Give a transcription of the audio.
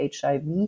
HIV